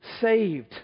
saved